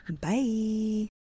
Bye